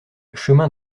chemin